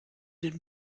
den